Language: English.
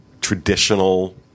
traditional